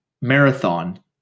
marathon